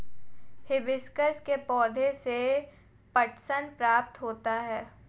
hibiscus के पौधे से पटसन प्राप्त होता है